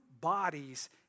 bodies